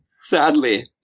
sadly